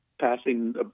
passing